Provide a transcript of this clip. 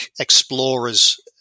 explorers